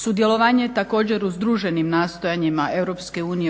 Sudjelovanje također u združenim nastojanjima EU